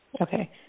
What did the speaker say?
Okay